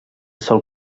sol